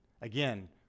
Again